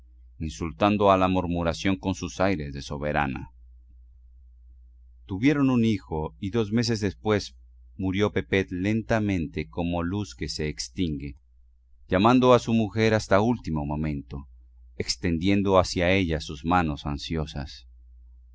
insultando a la murmuración con sus aires de soberana tuvieron un hijo y dos meses después murió pepet lentamente como luz que se extingue llamando a su mujer hasta el último momento extendiendo hacia ella sus manos ansiosas